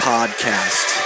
Podcast